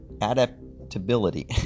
adaptability